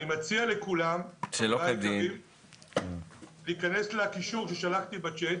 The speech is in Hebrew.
אני מציע לכולם להיכנס לקישור ששלחתי בצ'ט